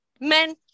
Men